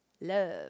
Love